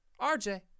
RJ